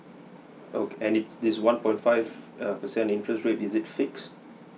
oh and it's this one point five err percent interest rate is it fix